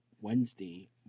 Wednesday